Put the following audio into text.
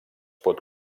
pot